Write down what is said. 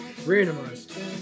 Randomized